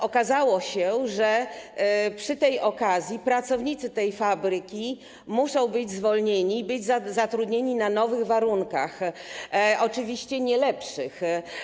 Okazało się, że przy tej okazji pracownicy fabryki muszą być zwolnieni i zostać zatrudnieni na nowych warunkach, oczywiście nie lepszych.